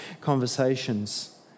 conversations